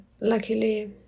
luckily